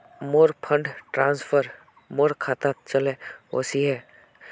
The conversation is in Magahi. मोर फंड ट्रांसफर मोर खातात चले वहिये